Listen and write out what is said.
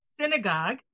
synagogue